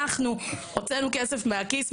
אנחנו הוצאנו כסף מהכיס,